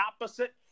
opposite